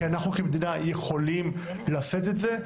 כי אנחנו כמדינה יכולים לשאת את זה,